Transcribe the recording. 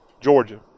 Georgia